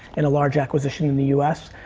in a large acquisition in the us,